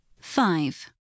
Five